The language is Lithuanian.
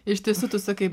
iš tiesų tu sakai